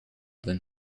than